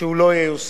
שלא ייושם.